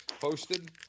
posted